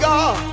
God